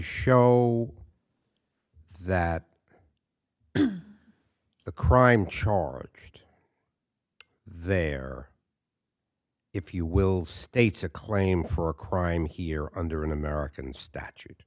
show that the crime charged there if you will states a claim for a crime here under an american statute